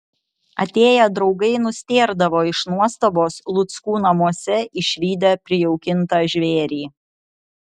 atėję draugai nustėrdavo iš nuostabos luckų namuose išvydę prijaukintą žvėrį